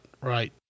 right